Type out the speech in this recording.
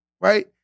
right